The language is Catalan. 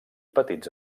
petits